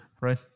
right